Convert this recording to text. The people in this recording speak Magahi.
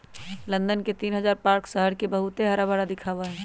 लंदन के तीन हजार पार्क शहर के बहुत हराभरा दिखावा ही